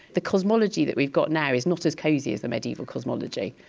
the cosmology that we've got now is not as cosy as the mediaeval cosmology.